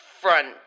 front